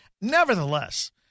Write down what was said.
Nevertheless